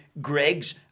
Greg's